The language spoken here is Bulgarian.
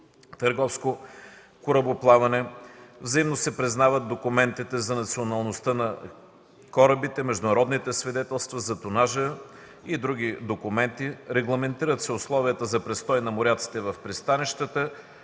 търговско корабоплаване, взаимно се признават документите за националността на корабите, международните свидетелства за тонажа и други документи, регламентират се условията за престой на моряците в пристанищата,